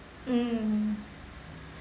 mm